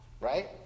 right